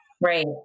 Right